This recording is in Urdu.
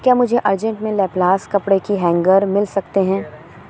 کیا مجھے ارجنٹ میں لیپلاسٹ کپڑے کے ہینگر سکتے ہیں